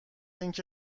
اینکه